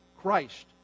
Christ